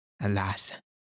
Alas